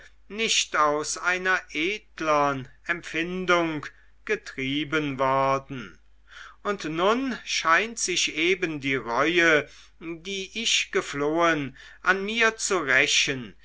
nicht aus einer edlern empfindung getrieben worden und nun scheint sich eben die reue die ich geflohen an mir zu rächen